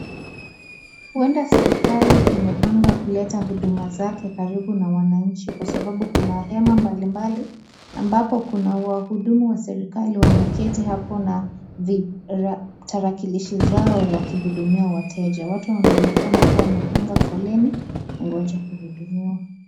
Uenda serikali imepanga kuleta huduma zake karibu na wananchi kwa sababu kuna hema mbalimbali ambapo kuna wahudumu wa serikali wameketi hapo na vitarakilishi zao wakihudumia wateja. Watu wanaonekana kuwa wamepanga foleni kugonja kuhudumiwa.